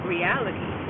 reality